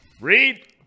Reed